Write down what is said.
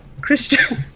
Christian